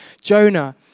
Jonah